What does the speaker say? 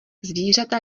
zvířata